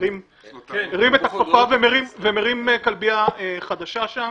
הוא מרים את הכפפה ומרים כלבייה חדשה שם,